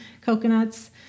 coconuts